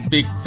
Big